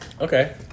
Okay